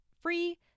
free